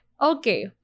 Okay